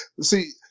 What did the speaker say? See